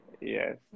Yes